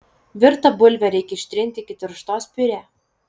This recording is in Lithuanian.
virtą bulvę reikia ištrinti iki tirštos piurė